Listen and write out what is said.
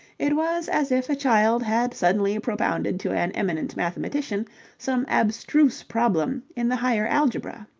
it was as if a child had suddenly propounded to an eminent mathematician some abstruse problem in the higher algebra.